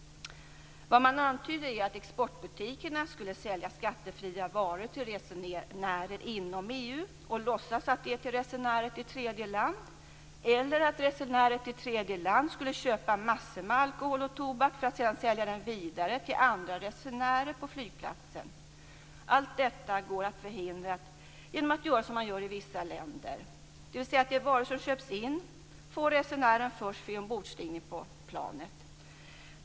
Man antyder att exportbutikerna skulle sälja skattefria varor till resenärer inom EU och låtsas att det är till resenärer till tredje land eller att resenärer till tredje land skulle köpa massor med alkohol och tobak för att sedan sälja den vidare till andra resenärer på flygplatsen. Allt detta går att förhindra genom att man gör som i vissa länder, dvs. att resenären får de varor som har köpts in först vid ombordstigning på planet.